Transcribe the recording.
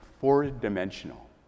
Four-dimensional